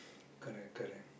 correct correct